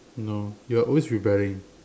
no you're always rebelling